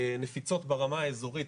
נפיצות ברמה האזורית,